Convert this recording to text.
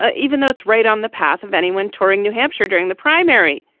ah even though it's right on the path of anyone touring new hampshire during the primary.